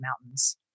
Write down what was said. mountains